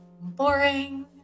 boring